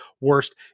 worst